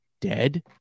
Dead